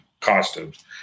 costumes